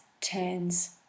turns